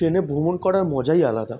ট্রেনে ভ্রমণ করার মজাই আলাদা